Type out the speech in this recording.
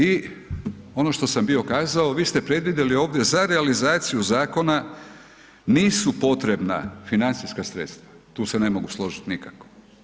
I ono što sam bio kazao, vi ste predvidjeli ovdje za realizaciju zakona nisu potrebna financijska sredstva, tu se ne mogu složiti nikako.